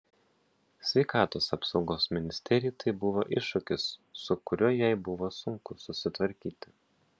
sveikatos apsaugos ministerijai tai buvo iššūkis su kuriuo jai buvo sunku susitvarkyti